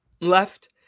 left